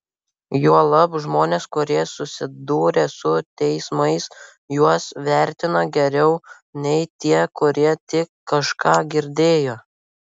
juolab žmonės kurie susidūrė su teismais juos vertina geriau nei tie kurie tik kažką girdėjo